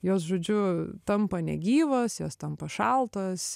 jos žodžiu tampa negyvos jos tampa šaltos